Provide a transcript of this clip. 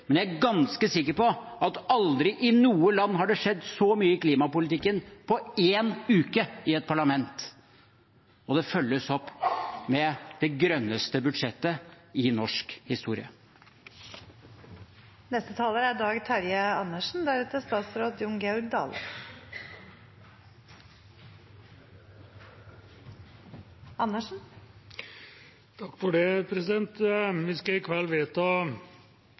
men jeg er ganske sikker på at aldri i noe land har det skjedd så mye i klimapolitikken på én uke i et parlament, og det følges opp med det grønneste budsjettet i norsk historie. Vi skal i kveld vedta